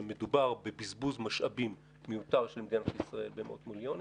שמדובר בבזבוז משאבים מיותר של מדינת ישראל במאות מיליונים,